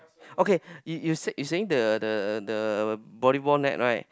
okay you you you saying the the the volleyball net right